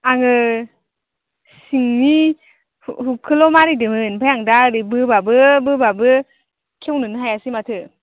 आङो सिंनि हु हुगखौल' मारिदोंमोन आमफ्राय आं दा ओरै बोबाबो बोबाबो खेवनोनो हायासै माथो